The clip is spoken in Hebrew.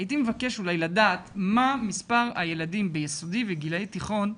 הייתי מבקש אולי לדעת מה מספר הילדים ביסודי וגילאי תיכון?